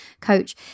coach